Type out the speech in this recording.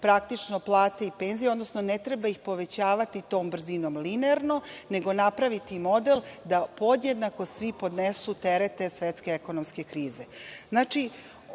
smanjivati plate i penzije, odnosno ne treba ih povećavati tom brzinom linearno nego napraviti model da podjednako svi podnesu teret te svetske ekonomske krize.